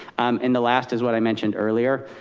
and the last is what i mentioned earlier.